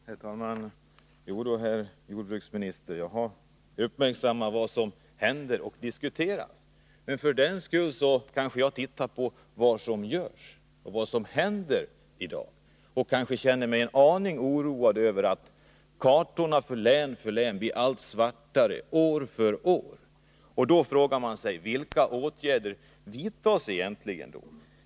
Herr talman! Jo då, herr jordbruksminister, jag har uppmärksammat vad som händer och vad som diskuteras, men jag kanske ändå ser på vad som görs och vad som händer i dag. Kanske känner jag mig en aning oroad över att kartorna över det ena länet efter det andra blir allt svartare år för år. Då undrar man vilka åtgärder som egentligen vidtas.